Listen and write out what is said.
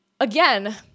again